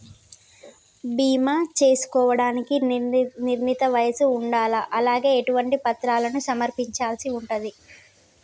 బీమా చేసుకోవడానికి నిర్ణీత వయస్సు ఉండాలా? అలాగే ఎటువంటి పత్రాలను సమర్పించాల్సి ఉంటది?